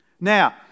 Now